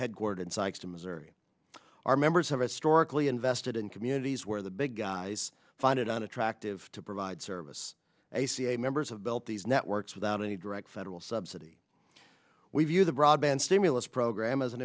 headquartered sykes in missouri are members have historically invested in communities where the big guys find it unattractive to provide service ac a members of built these networks without any direct federal subsidy we view the broadband stimulus program a